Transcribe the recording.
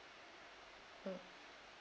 mm